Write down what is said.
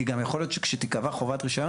כי גם יכול להיות שכשתיקבע חובת רישיון